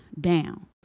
down